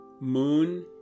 moon